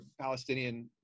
Palestinian